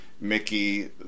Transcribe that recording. Mickey